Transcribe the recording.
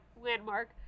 landmark